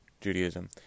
Judaism